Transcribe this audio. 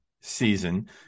season